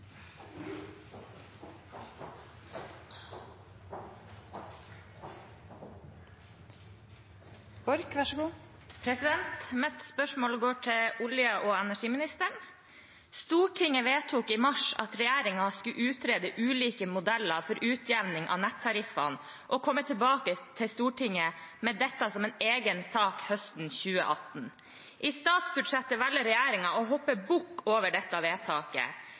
Mitt spørsmål går til olje- og energiministeren. Stortinget vedtok i mars at regjeringen skulle utrede ulike modeller for utjevning av nettariffene og komme tilbake til Stortinget med dette som en egen sak høsten 2018. I statsbudsjettet velger regjeringen å hoppe bukk over dette vedtaket.